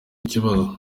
ikibazo